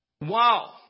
Wow